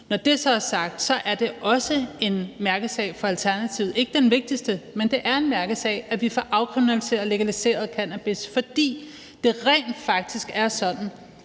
Når det så er sagt, er det også en mærkesag for Alternativet – ikke den vigtigste, men det er en mærkesag – at vi får afkriminaliseret og legaliseret cannabis, fordi det rent faktisk er sådan,